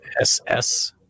SS